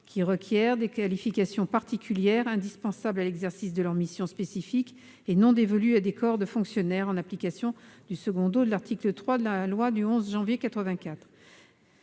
qui requièrent des qualifications particulières indispensables à l'exercice de leur mission spécifique et non dévolues à des corps de fonctionnaires, en application du 2° de l'article 3 de la loi du 11 janvier 1984.